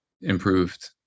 improved